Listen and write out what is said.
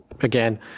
again